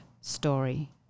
story